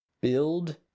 Build